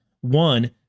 One